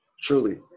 Truly